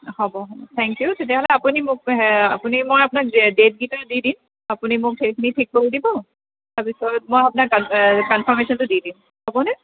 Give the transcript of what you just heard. হ'ব thank you তেতিয়াহ'লে আপুনি মোক আপুনি মই আপোনাক ডে'টকিটা দি দিম আপুনি মোক সেইখিনি ঠিক কৰি দিব তাৰপিছত মই আপোনাক কন কনফাৰ্মেচ্যনটো দি দিম হ'বনে